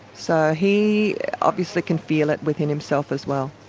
so he obviously can feel it within himself as well.